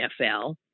NFL